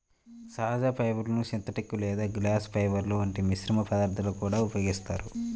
సహజ ఫైబర్లను సింథటిక్ లేదా గ్లాస్ ఫైబర్ల వంటి మిశ్రమ పదార్థాలలో కూడా ఉపయోగిస్తారు